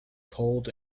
cold